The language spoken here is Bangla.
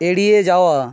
এড়িয়ে যাওয়া